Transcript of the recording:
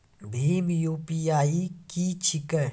भीम UPI की छीके?